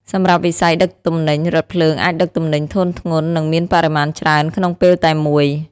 សម្រាប់វិស័យដឹកទំនិញ រថភ្លើងអាចដឹកទំនិញធុនធ្ងន់និងមានបរិមាណច្រើនក្នុងពេលតែមួយ។